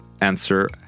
answer